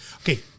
Okay